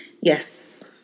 Yes